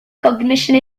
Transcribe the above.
cognition